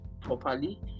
properly